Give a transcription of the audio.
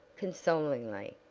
consolingly.